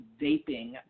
vaping